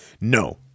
No